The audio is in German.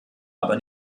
aber